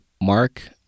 Mark